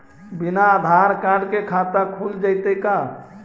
बिना आधार कार्ड के खाता खुल जइतै का?